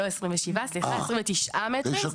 אה תשע קומות.